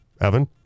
Evan